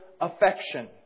affection